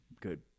good